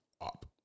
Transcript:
up